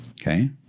Okay